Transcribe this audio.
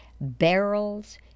barrels